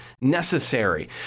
necessary